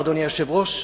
אדוני היושב-ראש,